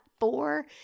Four